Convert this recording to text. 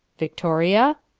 victoria?